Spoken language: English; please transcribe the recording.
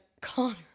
Connor